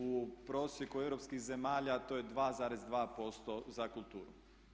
U prosjeku europskih zemalja to je 2,2% za kulturu.